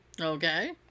Okay